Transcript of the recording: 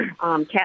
Cat